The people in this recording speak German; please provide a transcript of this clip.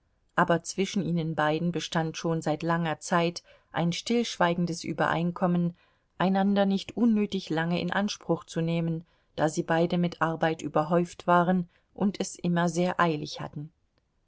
aber zwischen ihnen beiden bestand schon seit langer zeit ein stillschweigendes übereinkommen einander nicht unnötig lange in anspruch zu nehmen da sie beide mit arbeit überhäuft waren und es immer sehr eilig hatten